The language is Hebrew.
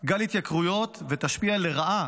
גל התייקרויות ותשפיע לרעה